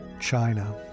China